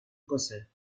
brüssel